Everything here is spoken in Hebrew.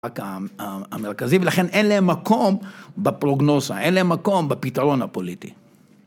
המרכזי, ולכן אין להם מקום בפרוגנוזה, אין להם מקום בפתרון הפוליטי.